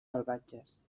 salvatges